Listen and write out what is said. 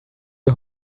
you